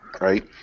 right